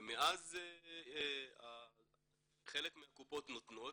מאז חלק מהקופות נותנות,